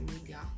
media